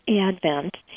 Advent